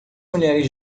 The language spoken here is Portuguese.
mulheres